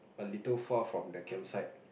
a little far from the camp site